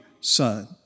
son